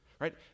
right